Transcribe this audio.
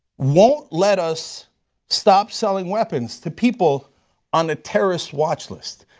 won't let us stop selling weapons to people on the terrorist watch list.